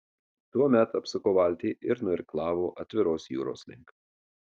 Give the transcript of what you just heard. tuomet apsuko valtį ir nuirklavo atviros jūros link